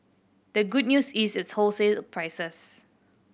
the good news is its wholesale prices